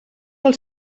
els